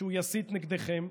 כשהוא יסית נגדכם?